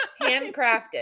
Handcrafted